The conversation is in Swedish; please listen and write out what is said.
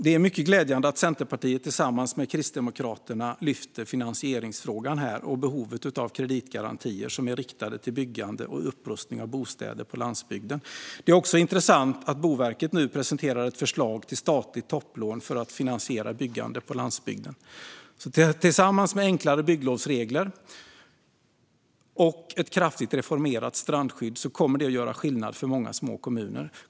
Det är mycket glädjande att Kristdemokraterna tillsammans med Centerpartiet lyfter upp finansieringsfrågan och behovet av kreditgarantier som är riktade till byggande och upprustning av bostäder på landsbygden. Det är också intressant att Boverket nu presenterar ett förslag till statligt topplån för att finansiera byggande på landsbygden. Tillsammans med enklare bygglovsregler och ett kraftigt reformerat strandskydd kommer det att göra skillnad för många små kommuner.